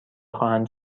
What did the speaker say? خواهند